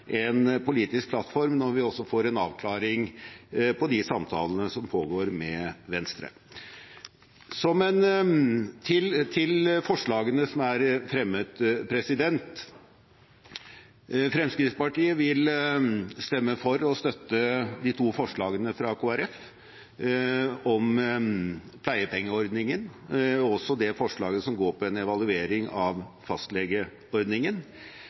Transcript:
en politisk plattform når vi får en avklaring på de samtalene som pågår med Venstre. Til forslagene som er fremmet: Fremskrittspartiet vil stemme for og støtter de to forslagene fra Kristelig Folkeparti, det om pleiepengeordningen og også forslaget som går på en evaluering av fastlegeordningen.